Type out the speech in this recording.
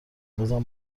بازم